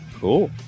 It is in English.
Cool